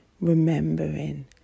remembering